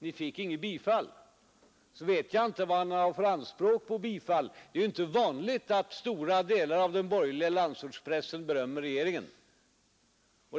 inte fick något bifall vet jag inte vad han har för anspråk på bifall. Det är ju inte vanligt att stora delar av den borgerliga landsortspressen berömmer regeringen.